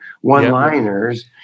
one-liners